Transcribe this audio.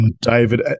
David